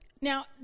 Now